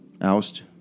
oust